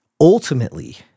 ultimately